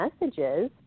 messages